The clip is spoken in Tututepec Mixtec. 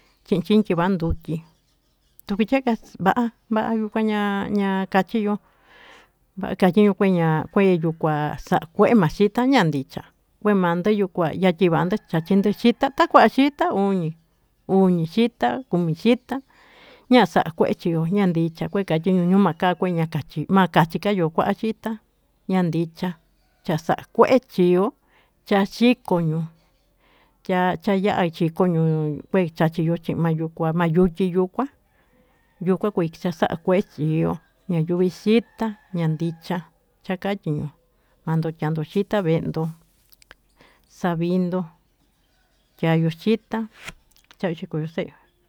Chi'i chintyiva ndutyi ta tyieka va'a va'a yukua ña kachiyo katyiñu kueña kue yukua sa'an kue'e ma xita ñand+cha kue mand+ yukua ya tyivand+ chachind+ xita ta kua'an xita uñi xita kumi xita ñasa'an kue'e chio ñandicha kue katyiñu nu ma kua kue makachikayo kua'a xita ñandicha chasa'a kue'e chio cha xikoñu tya chaya'a xikoñu tya chaya'a xikoñu kue kachiyo chi'i ma yukua ma yutyi yukua yukua kivi chasa'an kue'e chio ñayuvi xita ñandicha chakatyiñu mando tyando xita ye'ndo savindo tyayo xita cha'yo chi koyo se'yo.